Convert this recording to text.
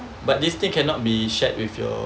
but this thing cannot be shared with your